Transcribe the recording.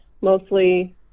mostly